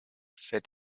fährt